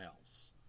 else